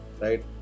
right